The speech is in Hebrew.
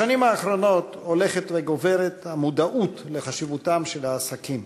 בשנים האחרונות הולכת וגוברת המודעות לחשיבותם של העסקים